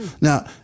Now